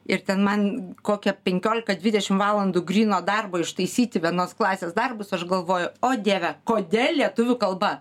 ir ten man kokia penkiolika dvidešimt valandų gryno darbo ištaisyti vienos klasės darbus aš galvoju o dieve kodėl lietuvių kalba